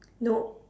no